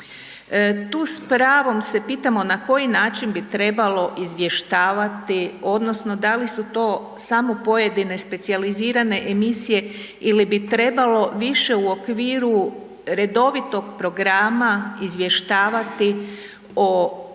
Tu s pravom se pitamo na koji način bi trebalo izvještavati odnosno da li su to samo pojedine specijalizirane emisije ili bi trebalo više u okviru redovitog programa izvještavati o